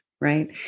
right